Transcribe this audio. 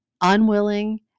unwilling